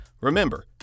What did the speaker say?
Remember